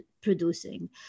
producing